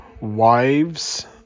wives